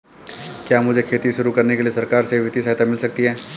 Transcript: क्या मुझे खेती शुरू करने के लिए सरकार से वित्तीय सहायता मिल सकती है?